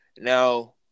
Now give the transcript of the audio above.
Now